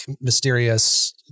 mysterious